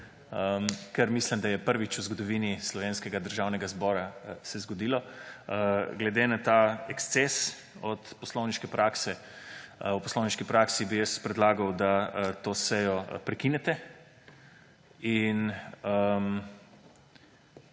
kar mislim, da se je prvič v zgodovini slovenskega Državnega zbora zgodilo. Glede na ta eksces v poslovniški praksi bi jaz predlagal, da to sejo prekinete. In